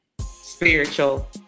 spiritual